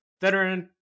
veteran